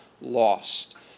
lost